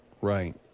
Right